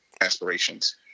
aspirations